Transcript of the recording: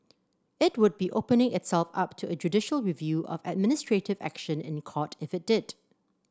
it would be opening itself up to a judicial review of administrative action in Court if it did